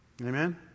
Amen